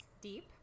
deep